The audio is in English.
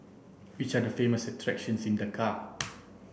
which are the famous attractions in Dakar